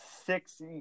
Six